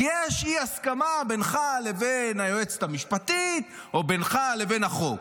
כי יש אי-הסכמה בינך לבין היועצת המשפטית או בינך לבין החוק.